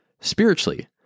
Spiritually